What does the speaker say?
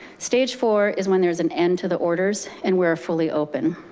stage four is when there's an end to the orders and we're fully open.